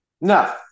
No